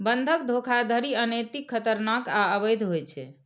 बंधक धोखाधड़ी अनैतिक, खतरनाक आ अवैध होइ छै